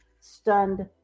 stunned